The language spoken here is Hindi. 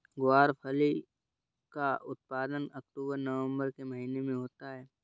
ग्वारफली का उत्पादन अक्टूबर नवंबर के महीने में होता है